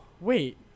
Wait